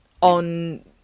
on